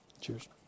Cheers